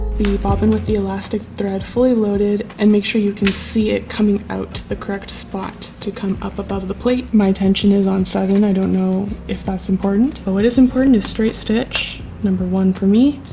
the bobbin with the elastic thread fully loaded and make sure you can see it coming out the correct spot to come up above the plate my attention is on so seven. and i don't know if that's important. but what is important is straight stitch number one for me?